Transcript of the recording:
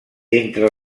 entre